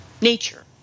nature